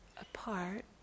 apart